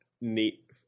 neat